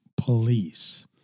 Police